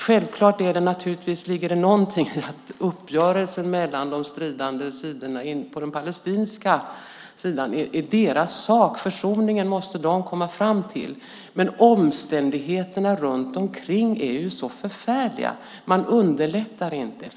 Självklart ligger det någonting i att uppgörelsen mellan de stridande parterna på den palestinska sidan är deras sak. Försoningen måste de komma fram till. Men omständigheterna runt omkring är förfärliga. Man underlättar inte.